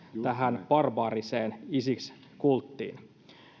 tähän barbaariseen isis kulttiin